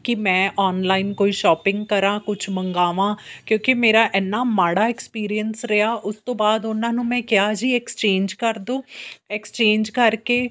ਕਿ ਮੈਂ ਔਨਲਾਈਨ ਕੋਈ ਸ਼ੋਪਿੰਗ ਕਰਾਂ ਕੁਛ ਮੰਗਾਵਾਂ ਕਿਉਂਕਿ ਮੇਰਾ ਇੰਨਾ ਮਾੜਾ ਐਕਸਪੀਰੀਅੰਸ ਰਿਹਾ ਉਸ ਤੋਂ ਬਾਅਦ ਉਹਨਾਂ ਨੂੰ ਮੈਂ ਕਿਹਾ ਜੀ ਐਕਸਚੇਂਜ ਕਰ ਦਿਓ ਐਕਸਚੇਂਜ ਕਰਕੇ